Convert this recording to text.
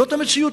זאת המציאות.